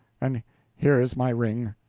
and here is my ring!